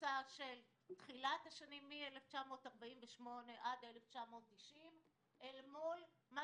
הממוצע של תחילת השנים מ-1948 עד 1990 אל מול מה